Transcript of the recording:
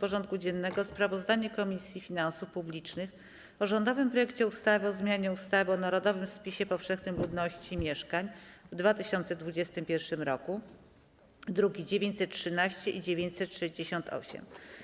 porządku dziennego: Sprawozdanie Komisji Finansów Publicznych o rządowym projekcie ustawy o zmianie ustawy o narodowym spisie powszechnym ludności i mieszkań w 2021 r. (druki nr 913 i 968)